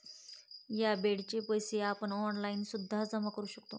या बेडचे पैसे आपण ऑनलाईन सुद्धा जमा करू शकता